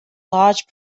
large